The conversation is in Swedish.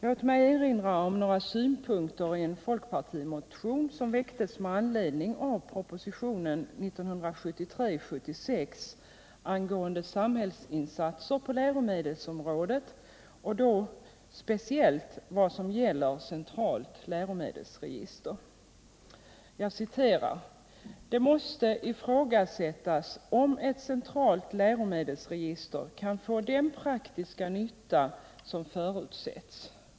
Låt mig erinra om några synpunkter i en fp-motion som väcktes med anledning av propositionen 1973:76 angående samhällsinsatser på läromedelsområdet och då speciellt vad som gäller centralt läromedelsregister: ”Det måste ifrågasättas om ett centralt läromedelsregister kan få den praktiska nytta som förutsätts.